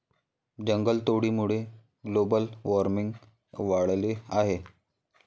जंगलतोडीमुळे global warming वाढले आहे